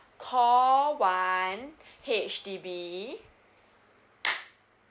call one H_D_B